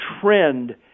trend